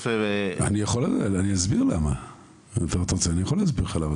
אם אתה רוצה אני יכול להסביר למה,